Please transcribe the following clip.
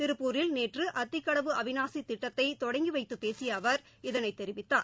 திருப்பூரில் நேற்று அத்திக்கடவு அவினாசி திட்டத்தை தொடங்கி வைத்து பேசிய அவர் இதனை தெரிவித்தார்